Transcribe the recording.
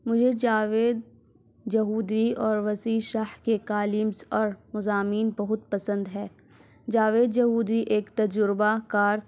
مجھے جاوید چوہدری اور وسیع شاہ کے کالمز اور مضامین بہت پسند ہے جاوید چوہدری ایک تجربہ کار